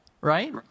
right